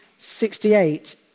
68